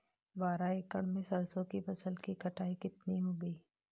बारह एकड़ में सरसों की फसल की कटाई कितनी होगी?